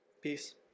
Peace